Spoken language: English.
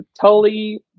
Tully